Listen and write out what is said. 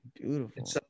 beautiful